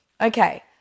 Okay